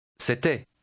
C'était